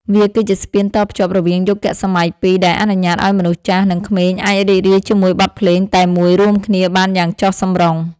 វាគឺជាស្ពានតភ្ជាប់រវាងយុគសម័យពីរ ដែលអនុញ្ញាតឱ្យមនុស្សចាស់ និងក្មេងអាចរីករាយជាមួយបទភ្លេងតែមួយរួមគ្នាបានយ៉ាងចុះសម្រុង។